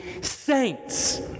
saints